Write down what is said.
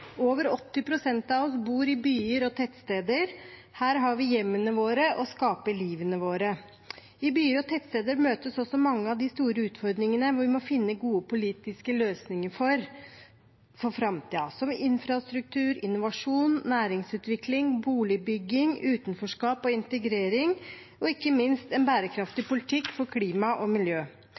Over 80 pst. av oss bor i byer og tettsteder. Her har vi hjemmene våre og skaper livet vårt. I byer og tettsteder møtes også mange av de store utfordringene hvor vi må finne gode politiske løsninger for framtiden, som med infrastruktur, innovasjon, næringsutvikling, boligbygging, utenforskap og integrering og ikke minst en bærekraftig politikk for klima og miljø.